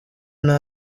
nta